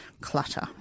clutter